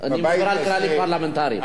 כללים פרלמנטריים.